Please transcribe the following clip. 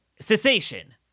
cessation